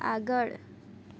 આગળ